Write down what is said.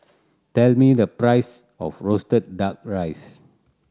tell me the price of roasted Duck Rice